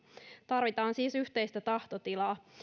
tarvitaan siis yhteistä tahtotilaa